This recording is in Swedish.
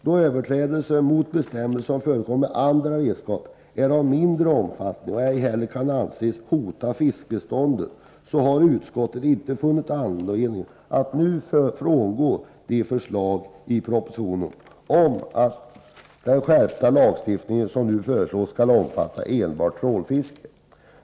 Då de överträdelser av bestämmelserna som förekommer med andra redskap är av mindre omfattning och ej heller kan anses hota fiskbeståndet, har utskottet inte funnit anledning att nu frångå förslaget i propositionen om att den skärpta lagstiftningen skall omfatta enbart trålfiske.